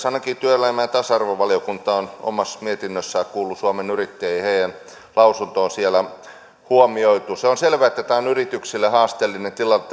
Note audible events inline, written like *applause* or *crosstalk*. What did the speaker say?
*unintelligible* ainakin työelämä ja tasa arvovaliokunta on omassa mietinnössään kuullut suomen yrittäjiä ja heidän lausuntonsa on siellä huomioitu se on selvä että tämä kuntouttava työtoiminta on yrityksille haasteellinen tilanne *unintelligible*